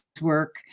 work